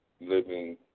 living